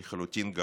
גלוי לחלוטין.